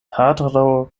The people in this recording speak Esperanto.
patro